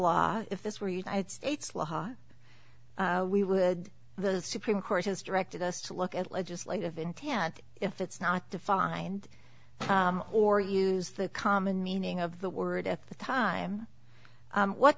law if this were united states law we would the supreme court has directed us to look at legislative intent if it's not defined or use the common meaning of the word at the time what